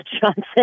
Johnson